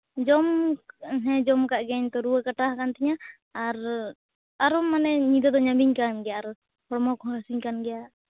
ᱡᱚᱢ ᱦᱮᱸ ᱡᱚᱢ ᱟᱠᱟᱫ ᱜᱤᱭᱟᱹᱧ ᱛᱚ ᱨᱩᱣᱟᱹ ᱠᱟᱴᱟᱣ ᱟᱠᱟᱱ ᱛᱤᱧᱟᱹ ᱟᱨ ᱟᱨ ᱢᱟᱱᱮ ᱧᱤᱫᱟᱹ ᱫᱚ ᱧᱟᱢᱤᱧ ᱠᱟᱱ ᱜᱮᱭᱟ ᱟᱨ ᱦᱚᱲᱢᱚ ᱠᱚᱦᱚᱸ ᱦᱟᱹᱥᱩᱧ ᱠᱟᱱ ᱜᱮᱭᱟ